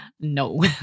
No